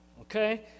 Okay